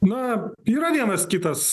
na yra vienas kitas